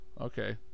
okay